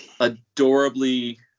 adorably